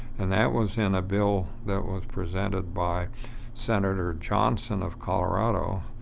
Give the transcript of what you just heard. and that was in a bill that was presented by senator johnson of colorado.